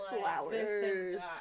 flowers